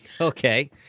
Okay